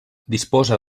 disposa